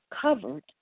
covered